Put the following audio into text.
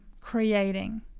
creating